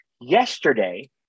Yesterday